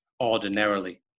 ordinarily